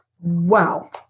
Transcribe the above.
Wow